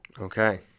Okay